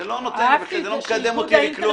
זה לא מקדם אותי לכלום.